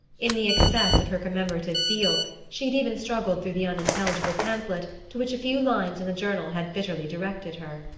in the excess of her commemorative zeal she had even struggled through the unintelligible pamphlet to which a few lines in the journal had bitterly directed her.